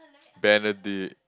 Benedict